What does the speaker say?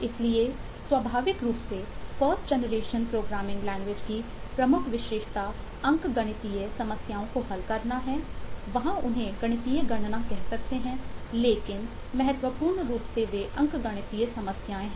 इसलिए स्वाभाविक रूप से फर्स्ट जनरेशन प्रोग्रामिंग लैंग्वेज की प्रमुख विशेषता अंकगणितीय समस्याओं को हल करना है वहाँ आप उन्हें गणितीय गणना कह सकते हैं लेकिन महत्वपूर्ण रूप से वे अंकगणितीय समस्याएं हैं